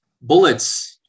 bullets